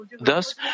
Thus